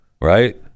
right